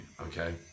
Okay